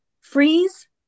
freeze